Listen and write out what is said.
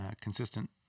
consistent